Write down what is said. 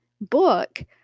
book